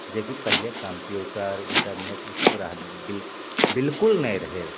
जे कि पहिले कम्प्यूटर इन्टरनेट ईसब रहै बिल बिलकुल नहि रहै